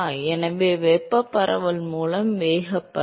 எனவே வெப்பப் பரவல் மூலம் வேகப் பரவல்